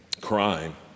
crime